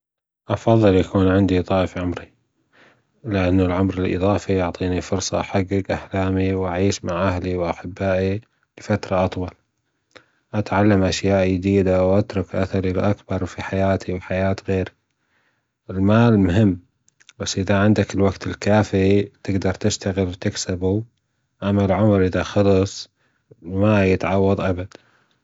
أفضل أن يكون ضعف عمرى لأن العمر الإضافى يعطينى فرصة أحجج أحلامى وأعيش مع أهلى وأحبائى وتعلم أشياء جديدة واترك اثرى الاكبر فى حياتى وحياة غيرى المال مهم بس أذا عندك الوقت الكافى تجدر تشتغل وتكسبه اما العمر أذا خلص ما يتعوض ابدا